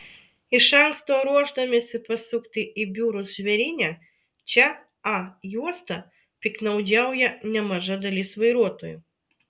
iš anksto ruošdamiesi pasukti į biurus žvėryne čia a juosta piktnaudžiauja nemaža dalis vairuotojų